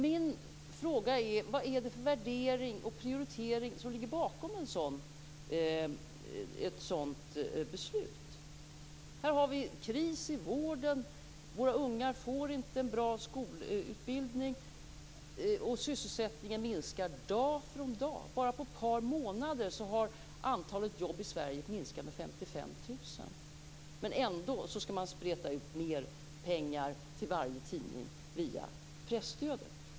Min fråga är: Vad är det för värdering och prioritering som ligger bakom ett sådant beslut? Här har vi kris i vården, våra barn får inte en bra skolutbildning, och sysselsättningen minskar dag från dag. Bara på ett par månader har antalet jobb i Sverige minskat med 55 000. Men man skall ändå spreta ut mer pengar till varje tidning via presstödet.